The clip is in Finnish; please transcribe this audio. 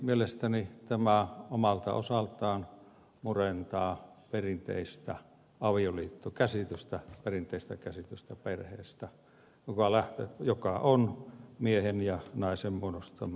mielestäni tämä omalta osaltaan murentaa perinteistä avioliittokäsitystä perinteistä käsitystä perheestä joka on miehen ja naisen muodostama avioliitto